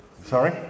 Sorry